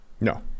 No